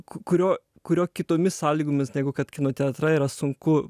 k kurio kurio kitomis sąlygomis negu kad kino teatre yra sunku